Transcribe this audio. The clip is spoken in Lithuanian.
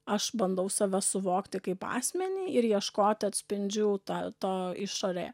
aš bandau save suvokti kaip asmenį ir ieškoti atspindžių ta toj išorėje